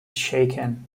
shaken